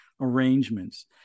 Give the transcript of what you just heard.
arrangements